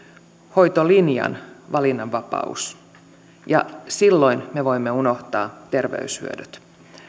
hoitolinjan valinnanvapaus ja silloin me voimme unohtaa terveyshyödyt